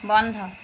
বন্ধ